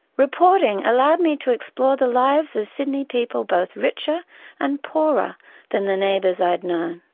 reporting allowed me to explore the lives of sydney people both richer and poorer than the neighbours i'd known.